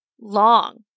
long